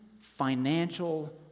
financial